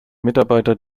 mitarbeiter